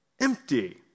empty